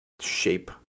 shape